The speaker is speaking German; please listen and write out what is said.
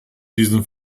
diesen